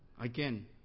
Again